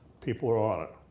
people are on it.